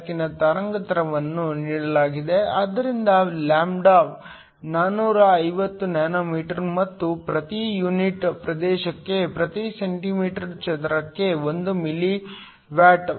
ಬೆಳಕಿನ ತರಂಗಾಂತರವನ್ನು ನೀಡಲಾಗಿದೆ ಆದ್ದರಿಂದ ಲ್ಯಾಂಬ್ಡಾ 450nm ಮತ್ತು ಪ್ರತಿ ಯೂನಿಟ್ ಪ್ರದೇಶಕ್ಕೆ ಪ್ರತಿ ಸೆಂಟಿಮೀಟರ್ ಚದರಕ್ಕೆ 1 ಮಿಲಿ ವ್ಯಾಟ್